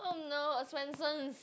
oh no uh Swensen's